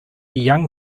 young